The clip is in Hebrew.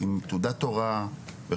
עם תעודת הוראה.